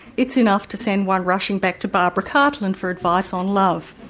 it's enough to send one rushing back to barbara cartland for advice on love.